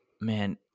man